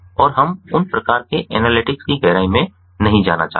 और हम उन प्रकार के एनालिटिक्स की गहराई में नहीं जाना चाहते हैं